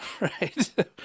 Right